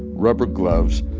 rubber gloves,